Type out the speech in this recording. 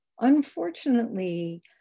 Unfortunately